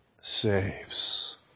saves